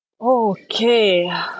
okay